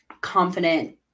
confident